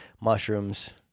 mushrooms